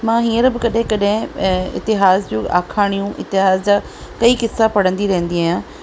मां हीअंर बि कॾहिं कॾहिं अ इतिहास जूं आखाणियूं इतिहास जा कई किस्सा पढ़ंदी रहंदी आहियां